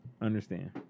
Understand